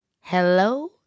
Hello